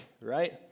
right